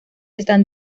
están